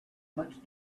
much